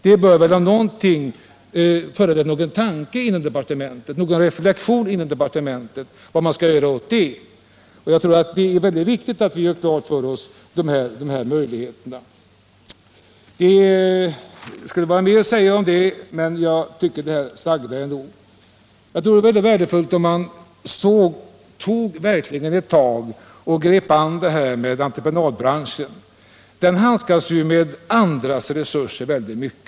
Det bör väl om något föranleda någon tanke eller reflexion inom departementet om vad man skall göra åt det. Det är mycket viktigt att vi klargör dessa möjligheter för oss. Det skulle vara mer att säga om detta, men det sagda får vara nog. Jag tror det vore mycket värdefullt om man verkligen grep sig an med entreprenadbranschen. Den handskas ju med andra resurser i mycket stor utsträckning.